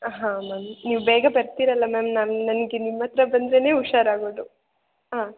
ಹಾಂ ಮ್ಯಾಮ್ ನೀವು ಬೇಗ ಬರ್ತೀರಲ್ವ ಮ್ಯಾಮ್ ನನ್ನ ನನಗೆ ನಿಮ್ಮ ಹತ್ರ ಬಂದ್ರೆ ಹುಷಾರಾಗೋದು ಆಂ